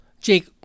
Jake